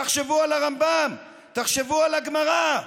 תחשבו על הרמב"ם, תחשבו על הגמרא,